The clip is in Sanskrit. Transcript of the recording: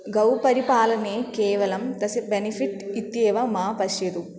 गोपरिपालने केवलं तस्य बेनिफ़िट् इत्येव मा पश्यतु